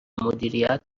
مدیریت